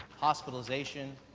hospitalization,